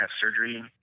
surgery